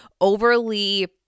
overly